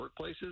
workplaces